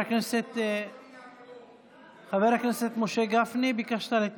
ולא לבלבל את המוח --- זה לא יעבור בשתיקה --- חבר הכנסת משה גפני,